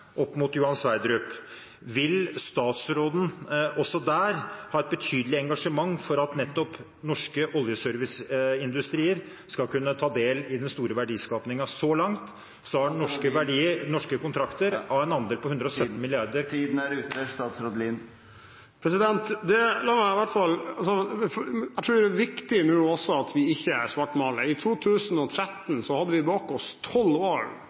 opp mot Johan Sverdrup. Vil statsråden også der ha et betydelig engasjement for at nettopp norske oljeserviceindustrier skal kunne ta del i den store verdiskapingen så langt? Så har norske kontrakter og en andel på 117 mrd. kr … Tiden er ute. Jeg tror det er viktig at vi nå ikke svartmaler. I 2013 hadde vi bak oss tolv år